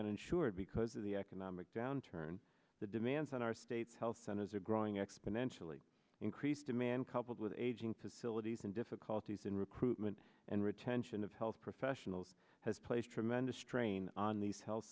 uninsured because of the economic downturn the demands on our state's health centers are growing exponentially increased demand coupled with aging facilities and difficulties in recruitment and retention of health professionals has placed tremendous strain on these health